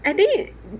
I think it